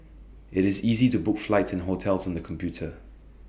IT is easy to book flights and hotels on the computer